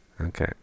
Okay